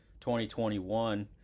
2021